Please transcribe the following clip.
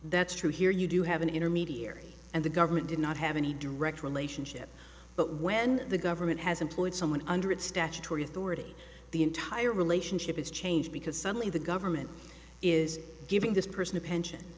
that's true here you do have an intermediary and the government did not have any direct relationship but when the government has employed someone under its statutory authority the entire relationship is changed because suddenly the government is giving this person a pension